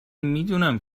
میدونم